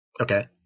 Okay